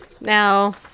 now